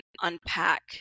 unpack